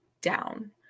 down